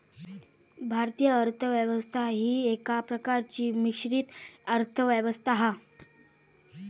भारतीय अर्थ व्यवस्था ही एका प्रकारची मिश्रित अर्थ व्यवस्था हा